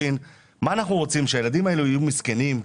מה אנחנו רוצים, שהילדים האלה יהיו מסכנים?